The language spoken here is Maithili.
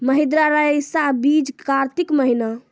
महिंद्रा रईसा बीज कार्तिक महीना?